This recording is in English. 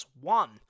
One